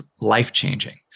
life-changing